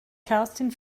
kerstin